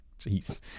jeez